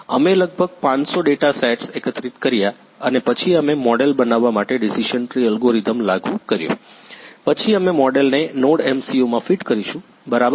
અમે લગભગ 500 data sets એકત્રિત કર્યા અને પછી અમે મોડેલ બનાવવા માટે ડીસીશન ટ્રી અલ્ગોરિધમ લાગુ કર્યો પછી અમે મોડેલને NodeMCU માં ફીટ કરીશું બરાબર